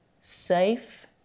safe